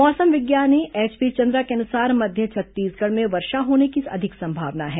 मौसम विज्ञानी एचपी चंद्रा के अनुसार मध्य छत्तीसगढ़ में वर्षा होने की अधिक संभावना है